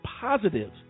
positive